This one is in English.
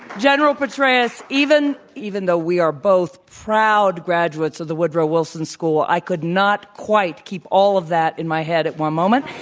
general petraeus, even even though we are both proud graduates of the woodrow wilson school, i could not quite keep all of that in my head at one moment,